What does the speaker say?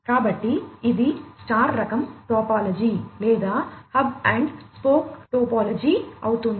కాబట్టి ఇది స్టార్ రకం టోపోలాజీ లేదా హబ్ అండ్ స్పోక్ టోపోలాజీ అవుతుంది